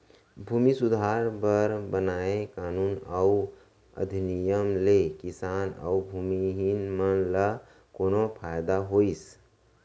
भूमि सुधार बर बनाए कानून अउ अधिनियम ले किसान अउ भूमिहीन मन ल कोनो फायदा होइस?